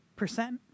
percent